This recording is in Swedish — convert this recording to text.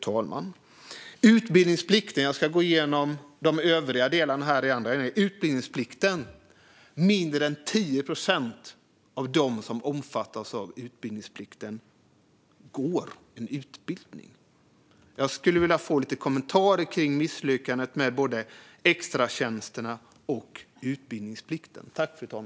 Jag ska gå igenom övriga delar också. När det gäller utbildningsplikten är det mindre än 10 procent av dem som omfattas av denna plikt som går en utbildning. Jag skulle vilja få lite kommentarer om misslyckandet med både extratjänsterna och utbildningsplikten.